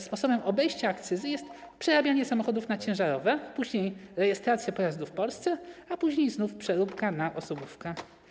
Sposobem obejścia akcyzy jest przerabianie samochodów na ciężarowe, później rejestracja pojazdów w Polsce, a później znów przeróbka na osobówki.